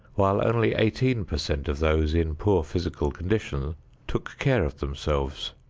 while only eighteen per cent of those in poor physical condition took care of themselves.